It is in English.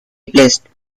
replaced